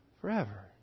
forever